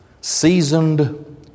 seasoned